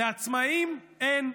לעצמאים, אין,